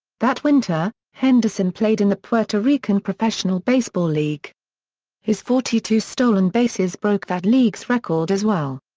that winter, henderson played in the puerto rican professional baseball league his forty two stolen bases broke that league's record as well.